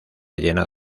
llena